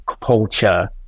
culture